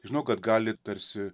žinau kad gali tarsi